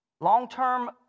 Long-term